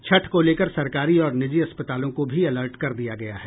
छठ को लेकर सरकारी और निजी अस्पतालों को भी अलर्ट कर दिया गया है